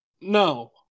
No